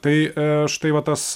tai štai va tas